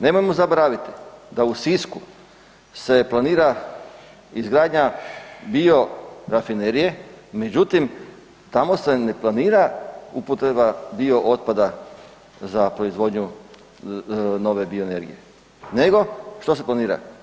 Nemojmo zaboraviti da u Sisku se planira izgradnja biorafinerije, međutim, tamo se ne planira upotreba biootpada za proizvodnju nove bioenergije, nego, što se planira?